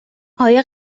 آیا